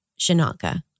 Shinaka